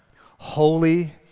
holy